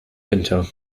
winter